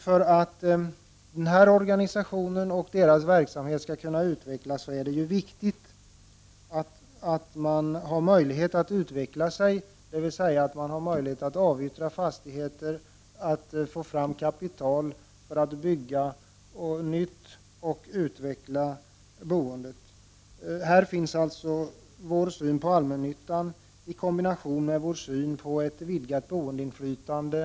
För att denna organisation och dess verksamhet skall kunna utvecklas är det viktigt att organisationen har möjlighet att utvecklas, dvs. att den har möjlighet att avyttra fastigheter för att få fram kapital för att bygga nytt. Här finns alltså vår syn på allmännyttan i kombination med vår syn på ett vidgat boendeinflytande.